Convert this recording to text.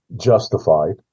Justified